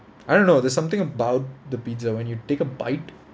I don't know there's something about the pizza when you take a bite